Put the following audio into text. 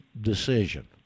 Decision